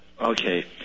Okay